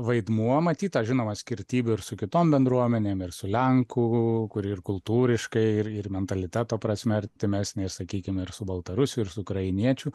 vaidmuo matyta žinoma skirtybių ir su kitom bendruomenėm ir su lenkų kuri ir kultūriškai ir ir mentaliteto prasme artimesnė sakykim ir su baltarusių ir su ukrainiečių